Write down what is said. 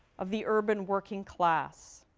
of the urban working class,